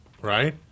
right